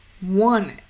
one